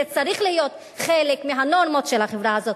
זה צריך להיות חלק מהנורמות של החברה הזאת.